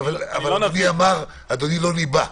אבל אדוני לא ניבא.